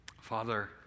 Father